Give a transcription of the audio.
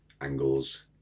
angles